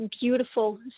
beautiful